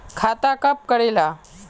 खाता कब करेला?